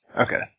Okay